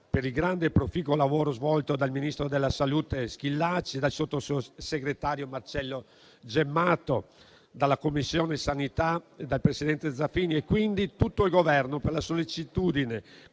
per il grande e proficuo lavoro svolto, il ministro della salute Schillaci, il sottosegretario Marcello Gemmato, la Commissione sanità, il presidente Zaffini e quindi tutto il Governo, per la sollecitudine